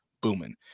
booming